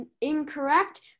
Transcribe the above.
incorrect